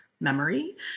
memory